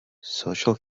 social